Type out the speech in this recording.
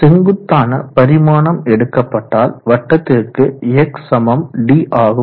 செங்குத்தான பரிமாணம் எடுக்கப்பட்டால் வட்டத்திற்கு X d ஆகும்